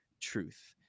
truth